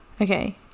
okay